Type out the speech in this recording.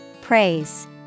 Praise